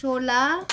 सोह्र